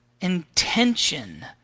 intention